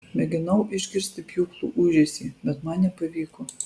mėginau išgirsti pjūklų ūžesį bet man nepavyko